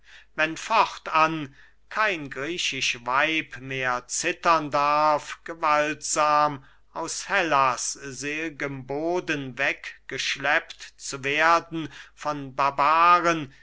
wenn fortan kein griechisch weib mehr zittern darf gewaltsam aus hellas sel'gem boden weggeschleppt zu werden von barbaren